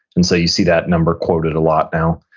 and so you see that number quoted a lot now.